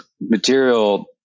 material